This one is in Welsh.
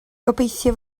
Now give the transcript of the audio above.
gobeithio